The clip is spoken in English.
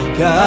God